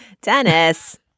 Dennis